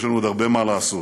יש לנו עוד הרבה מה לעשות,